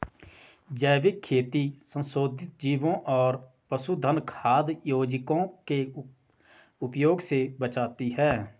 जैविक खेती संशोधित जीवों और पशुधन खाद्य योजकों के उपयोग से बचाती है